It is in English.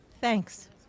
Thanks